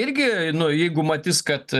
irgi nu jeigu matys kad